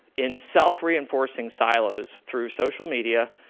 in self-reinforcing silos, through social media,